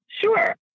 Sure